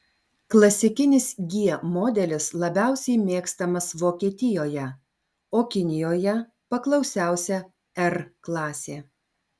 klasikinis g modelis labiausiai mėgstamas vokietijoje o kinijoje paklausiausia r klasė